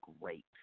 great